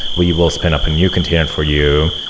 we will spin up a new container for you.